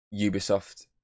Ubisoft